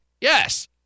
yes